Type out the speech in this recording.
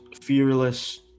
fearless